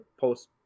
post